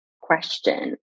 question